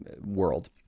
world